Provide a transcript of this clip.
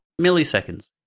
Milliseconds